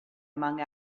among